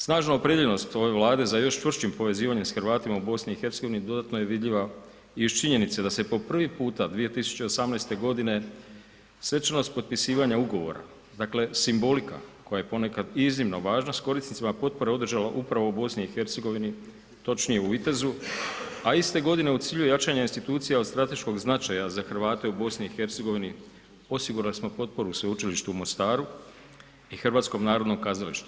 Snažna opredijeljenost ove Vlade za još čvršćim povezivanjem sa Hrvatima u BiH-u dodatno je vidljiva i iz činjenice da se po prvi puta 2018. g. svečanost potpisivanja ugovora dakle simbolika koja je ponekad iznimno važna, korist i sva potpora održala upravo u BiH-u točnije u Vitezu a iste godine u cilju jačanja institucija od strateškog značaja z Hrvate u BiH-u osigurali smo potporu Sveučilišta u Mostaru i HNK.